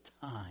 time